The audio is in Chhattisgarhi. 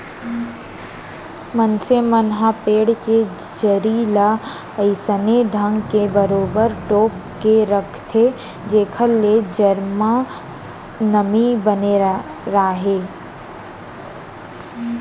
मनसे मन ह पेड़ के जरी ल अइसने ढंग ले बरोबर तोप के राखथे जेखर ले जर म नमी बने राहय